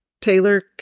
Taylor